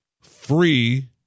Free